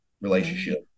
relationship